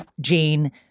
Jane